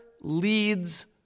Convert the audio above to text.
leads